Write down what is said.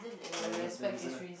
ya you must tell person lah